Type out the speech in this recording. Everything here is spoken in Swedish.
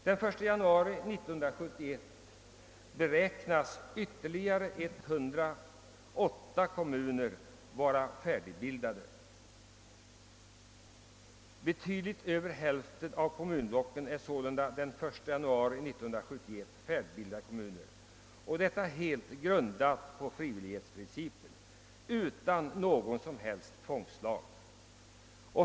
Den 1 januari 1971 beräknas ytterligare 108 kommuner vara färdigbildade. Betydligt över hälften av kommunblocken är således då sammanlagda, och detta helt i enlighet med frivillighetsprincipen och utan någon som helst tvångslag.